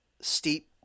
steep